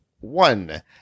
one